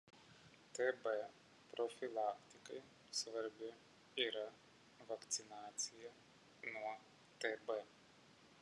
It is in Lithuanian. tb profilaktikai svarbi yra vakcinacija nuo tb